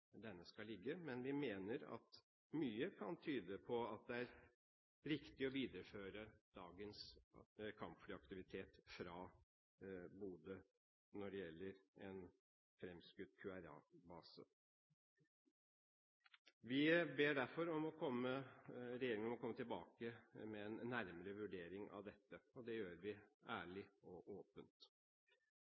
denne skal ligge. Men vi mener at mye kan tyde på at det er riktig å videreføre dagens kampflyaktivitet fra Bodø når det gjelder en fremskutt QRA-base. Vi ber derfor ærlig og åpent regjeringen om å komme tilbake med en nærmere vurdering av dette. Vi